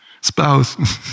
spouse